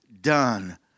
done